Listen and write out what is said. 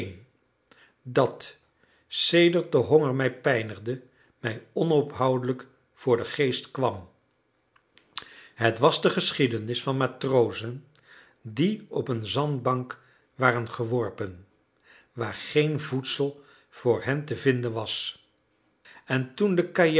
dat sedert de honger mij pijnigde mij onophoudelijk voor den geest kwam het was de geschiedenis van matrozen die op een zandbank waren geworpen waar geen voedsel voor hen te vinden was en toen den